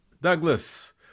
Douglas